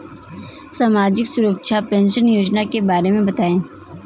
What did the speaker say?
सामाजिक सुरक्षा पेंशन योजना के बारे में बताएँ?